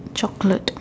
chocolate